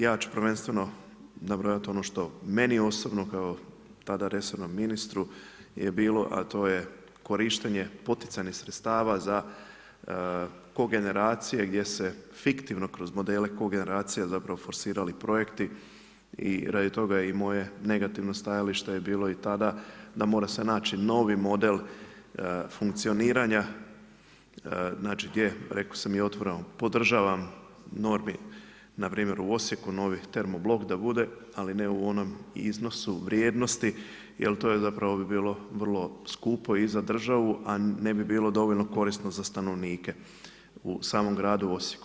Ja ću prvenstveno nabrojat ono što meni osobno kao tada resornom ministru je bilo, a to je korištenje poticajnih sredstava za kogeneracije gdje se fiktivno kroz modele kogeneracije zapravo forsirali projekti i radi toga i moje negativno stajalište je bilo i tada da mora se naći novi model funkcioniranja, znači gdje rekao sam i otvoreno podržavam … na primjer u Osijeku, novi termo blok da bude ali ne u onom iznosu vrijednosti jer to je zapravo bi bilo vrlo skupo i za državu a ne bi bilo dovoljno korisno za stanovnike u samom gradu Osijeku.